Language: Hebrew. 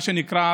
מה שנקרא,